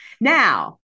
now